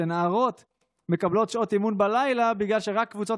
נערות מקבלות שעות אימון בלילה בגלל שרק קבוצות